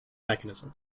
mechanism